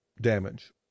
damage